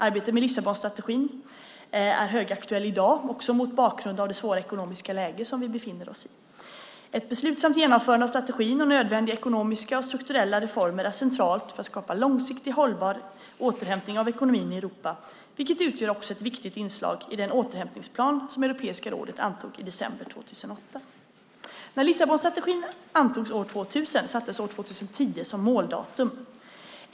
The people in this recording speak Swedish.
Arbetet med Lissabonstrategin, som den också kallas, är högaktuellt i dag också mot bakgrund av det svåra ekonomiska läge som vi nu befinner oss i. Ett beslutsamt genomförande av strategin och nödvändiga ekonomiska och strukturella reformer är centralt för att skapa en långsiktig hållbar återhämtning av ekonomin i Europa, vilket också utgör ett viktigt inslag i den återhämtningsplan som Europeiska rådet antog i december 2008. När strategin antogs år 2000 sattes år 2010 som måldatum för strategin.